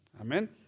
Amen